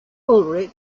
ulrich